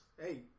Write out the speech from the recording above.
Hey